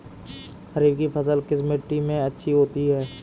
खरीफ की फसल किस मिट्टी में अच्छी होती है?